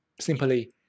simply